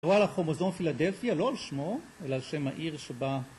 וואלה, כרומוזום פילדפיה, לא על שמו, אלא על שם העיר שבה...